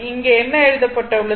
இங்கே என்ன எழுதப்பட்டுள்ளது